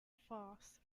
foss